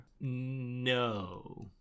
No